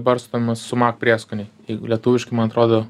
barstoma sumak prieskoniai jeigu lietuviškai man atrodo